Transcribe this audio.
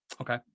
Okay